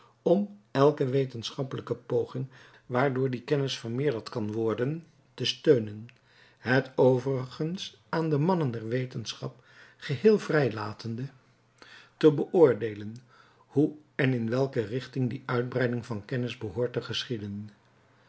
om elke wetenschappelijke poging waardoor die kennis vermeerderd kan worden te steunen het overigens aan de mannen der wetenschap geheel vrij latende te beoordeelen hoe en in welke richting die uitbreiding van kennis behoort te geschieden